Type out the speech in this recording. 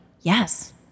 yes